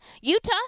Utah